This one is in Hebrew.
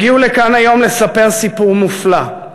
הגיעו לכאן היום לספר סיפור מופלא.